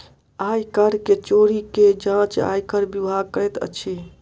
आय कर के चोरी के जांच आयकर विभाग करैत अछि